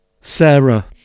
Sarah